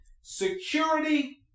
security